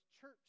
church